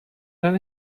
than